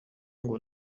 ngo